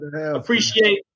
appreciate